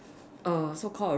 a so called a